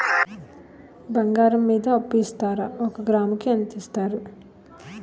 బంగారం మీద అప్పు ఇస్తారా? ఒక గ్రాము కి ఎంత ఇస్తారు?